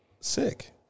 sick